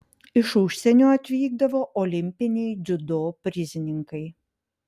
iš užsienio atvykdavo olimpiniai dziudo prizininkai